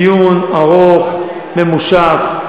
דיון ארוך, ממושך,